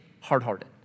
hard-hearted